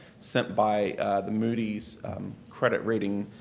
sent by the moody's credit rating